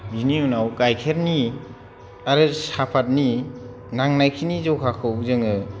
बिनि उनाव गाइखेरनि आरो साहापातनि नांनायखिनि जखाखौ जोङो